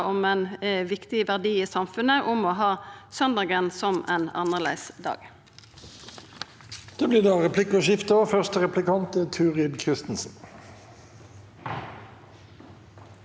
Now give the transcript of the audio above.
om ein viktig verdi i samfunnet – å ha søndagen som ein annleis dag.